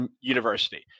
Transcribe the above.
university